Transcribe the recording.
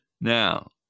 Now